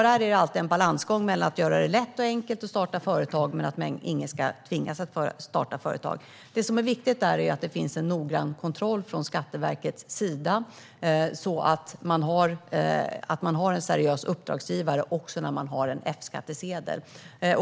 Det är alltid en balansgång mellan att göra det lätt och enkelt att starta företag och att ingen ska tvingas att göra det. Det som är viktigt är att det finns en noggrann kontroll från Skatteverkets sida att man har en seriös uppdragsgivare också om man har en Fskattsedel.